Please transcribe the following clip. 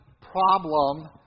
problem